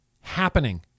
happening